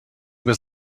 was